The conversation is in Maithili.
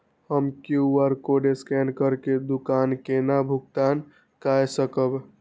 हम क्यू.आर कोड स्कैन करके दुकान केना भुगतान काय सकब?